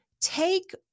take